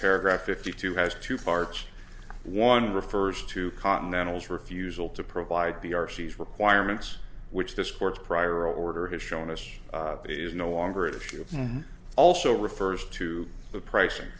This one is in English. paragraph fifty two has two parts one refers to continentals refusal to provide the r she's requirements which this court's prior order has shown us that it is no longer issue also refers to the pricing